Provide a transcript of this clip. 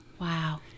Wow